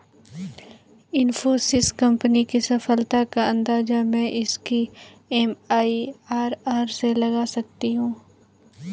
Infosys company की सफलता का अंदाजा मैं इसकी एम.आई.आर.आर से लगा सकता हूँ